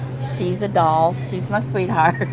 she's a doll. she's my sweetheart.